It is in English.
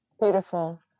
Beautiful